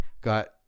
got